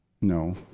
No